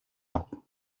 noch